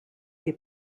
che